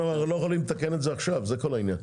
אנחנו לא יכולים לתקן את זה עכשיו, זה העניין.